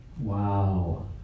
Wow